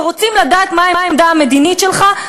ורוצים לדעת מה העמדה המדינית שלך,